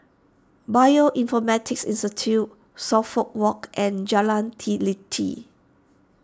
Bioinformatics Institute Suffolk Walk and Jalan Teliti